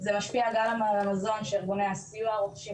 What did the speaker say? זה משפיע גם על המזון שארגוני הסיוע רוכשים,